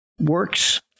works